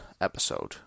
episode